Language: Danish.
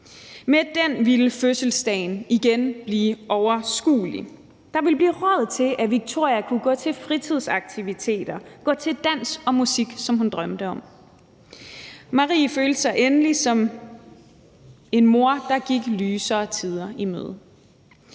Med den ville fødselsdagen igen blive overskuelig. Der ville blive råd til, at Victoria kunne gå til fritidsaktiviteter, gå til dans og musik, som hun drømte om. Marie følte sig endelig som en mor, der gik lysere tider i møde.